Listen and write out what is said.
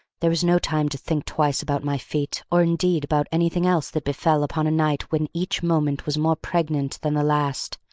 there was no time to think twice about my feat, or, indeed, about anything else that befell upon a night when each moment was more pregnant than the last.